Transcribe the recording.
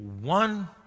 one